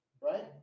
Right